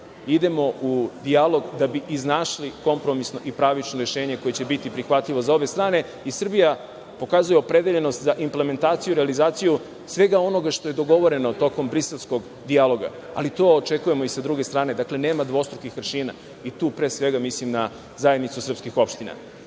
idemo u dijalog da bi iznašli kompromisno i pravično rešenje koje će biti prihvatljivo za obe strane. Srbija pokazuje opredeljenost za implementaciju i realizaciju svega onoga što je dogovoreno tokom briselskog dijaloga, ali to očekujemo i sa druge strane. Dakle, nema dvostrukih aršina, a tu pre svega mislim na Zajednicu srpskih opština. Dakle,